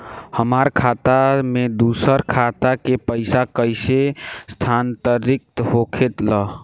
हमार खाता में दूसर खाता से पइसा कइसे स्थानांतरित होखे ला?